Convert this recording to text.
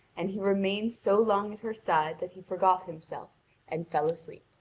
and he remained so long at her side that he forgot himself and fell asleep.